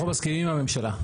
אנחנו מסכימים עם הממשלה.